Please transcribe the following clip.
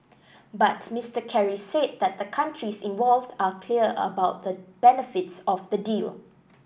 but Mister Kerry said that the countries involved are clear about the benefits of the deal